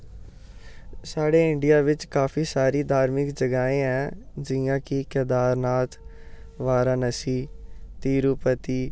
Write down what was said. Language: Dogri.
साढ़े इंडिया च काफी सारी धार्मिक जगहां ऐं जि'यां कि केदार नाथ वारानसी तीरूपती